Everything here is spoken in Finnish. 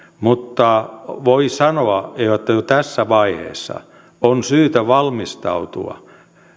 voi sanoa että jo tässä vaiheessa on syytä valmistautua